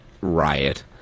riot